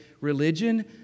religion